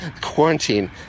quarantine